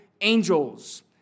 angels